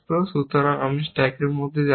সুতরাং আমি স্ট্যাকের মধ্যে যাব না